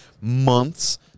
months